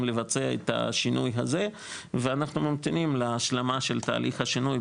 לבצע את השינוי הזה ואנחנו ממתינים להשלמה של התהליך השינוי,